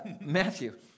Matthew